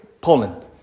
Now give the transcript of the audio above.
Poland